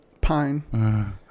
pine